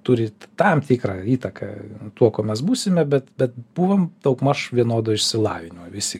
turi tam tikrą įtaką tuo kuo mes būsime bet bet buvom daugmaž vienodo išsilavinimo visi